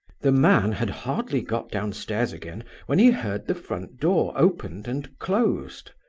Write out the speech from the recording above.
the man had hardly got downstairs again when he heard the front door opened and closed.